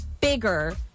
bigger